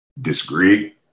disagree